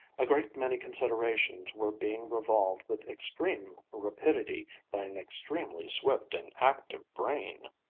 a great many considerations were being revolved with extreme rapidity by an extremely swift and active brain.